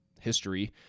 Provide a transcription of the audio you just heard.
history